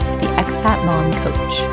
theexpatmomcoach